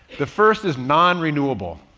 the first is nonrenewable.